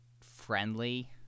friendly